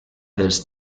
dels